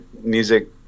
music